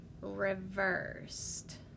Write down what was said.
reversed